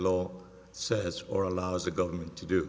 law says or allows the government to do